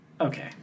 Okay